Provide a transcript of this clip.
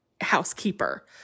housekeeper